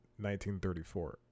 1934